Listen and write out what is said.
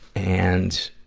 and,